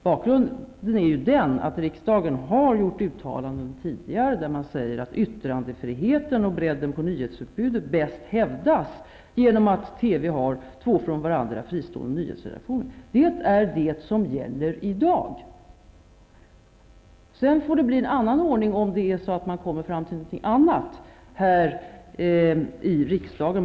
Bakgrunden är ju den att riksdagen har gjort uttalanden tidigare, där man säger att yttrandefriheten och bredden på nyhetsutbudet bäst hävdas genom att TV har två från varandra fristående nyhetsredaktioner. Det är det som gäller i dag. Sedan får det bli en annan ordning om man kommer fram till någonting annat här i riksdagen.